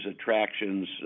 attractions